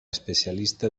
especialista